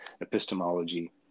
epistemology